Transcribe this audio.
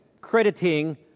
crediting